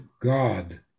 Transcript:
God